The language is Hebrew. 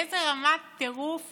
לאיזה רמת טירוף